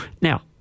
Now